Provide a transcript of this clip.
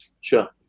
sure